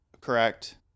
correct